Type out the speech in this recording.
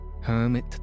hermit